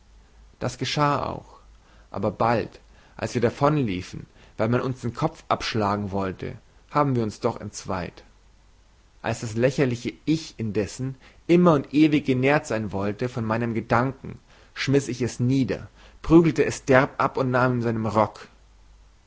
das geschah auch aber bald als wir davonliefen weil man uns den kopf abschlagen wollte haben wir uns doch entzweit als das lächerliche ich indessen immer und ewig genährt sein wollte von meinem gedanken schmiß ich es nieder prügelte es derb ab und nahm ihm seinen rock